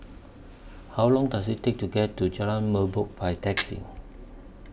How Long Does IT Take to get to Jalan Merbok By Taxi